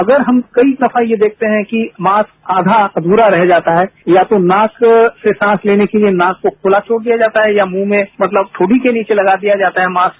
अगर हम कई दफा ये देखते है कि मास्क आधा अधूरा रह जाता है या तो मास्क से सांस लेने के लिए नाक को खुला छोड़ दिया जाता है या मुंह में मतलब ठोडी के नीचे लगा दिया जाता है मास्क